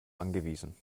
angewiesen